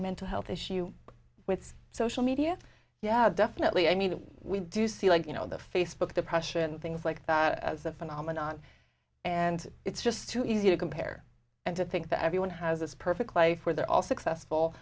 mental health issue with social media yeah definitely i mean we do see like you know the facebook depression things like that as a phenomenon and it's just too easy to compare and to think that everyone has this perfect life where they're all successful